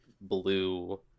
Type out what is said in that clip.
blue